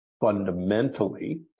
fundamentally